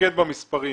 אתמקד במספרים.